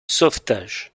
sauvetage